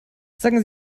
sagen